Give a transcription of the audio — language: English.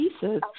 pieces